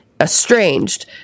estranged